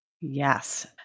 Yes